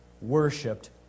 worshipped